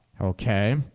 Okay